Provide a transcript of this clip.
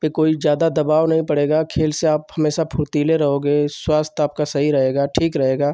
पर कोई ज़्यादा दबाव नहीं पड़ेगा खेल से आप हमेशा फ़ुर्तीले रहोगे स्वास्थ्य आपका सही रहेगा ठीक रहेगा